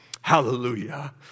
Hallelujah